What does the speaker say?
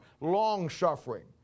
Long-suffering